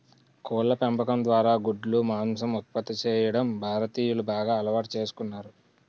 కోళ్ళ పెంపకం ద్వారా గుడ్లు, మాంసం ఉత్పత్తి చేయడం భారతీయులు బాగా అలవాటు చేసుకున్నారు